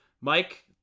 Mike